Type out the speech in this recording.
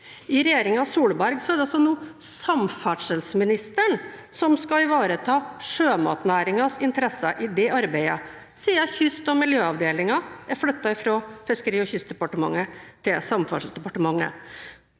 I regjeringen Solberg er det nå samferdselsministeren som skal ivareta sjømatnæringens interesser i dette arbeidet, siden Kyst- og miljøavdelingen er flyttet fra Fiskeri- og kystdepartementet til Samferdselsdepartementet.